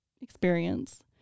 experience